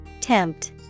Tempt